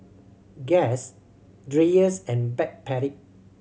Guess Dreyers and Backpedic